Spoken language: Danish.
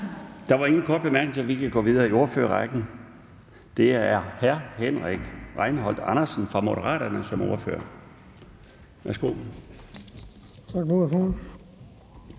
Der var ingen korte bemærkninger, så vi kan gå videre i ordførerrækken. Det er hr. Henrik Rejnholt Andersen fra Moderaterne som ordfører. Værsgo.